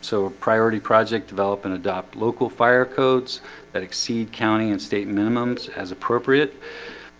so a priority project develop and adopt local fire codes that exceed county and state minimums as appropriate